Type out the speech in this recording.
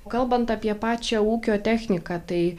kalbant apie pačią ūkio techniką tai